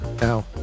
Now